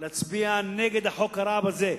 להצביע נגד החוק הרע הזה.